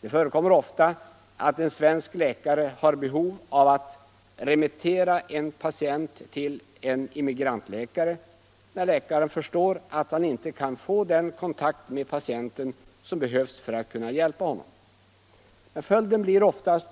Det förekommer ofta att en svensk läkare har behov av att remittera en patient till en immigrantläkare, när den svenske läkaren förstår att han inte kan få den kontakt med patienten som behövs för att kunna hjälpa. Som det nu är blir följden oftast